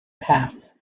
path